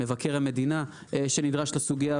מבקר המדינה שנדרש לסוגיה,